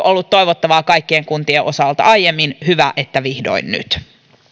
ollut toivottavaa kaikkien kuntien osalta jo aiemmin hyvä että vihdoin nyt